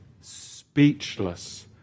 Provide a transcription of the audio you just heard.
speechless